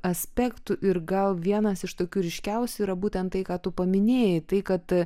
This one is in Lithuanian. aspektų ir gal vienas iš tokių ryškiausių yra būtent tai ką tu paminėjai tai kad